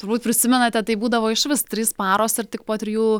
turbūt prisimenate tai būdavo išvis trys paros ar tik po trijų